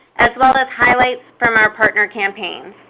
as well as highlights from our partner campaign.